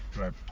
Right